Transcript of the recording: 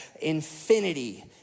infinity